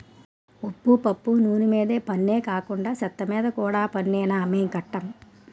ఉప్పు పప్పు నూన మీద పన్నే కాకండా సెత్తమీద కూడా పన్నేనా మేం కట్టం